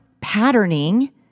patterning